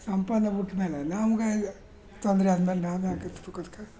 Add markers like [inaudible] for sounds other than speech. ಸಂಪನ್ನ ಬಿಟ್ಮೇಲೆ ನಮ್ಗೆ ತೊಂದರೆ ಆದ್ಮೇಲೆ ನಾವ್ಯಾಕೆ [unintelligible]